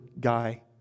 guy